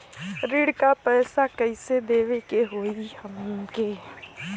ऋण का पैसा कइसे देवे के होई हमके?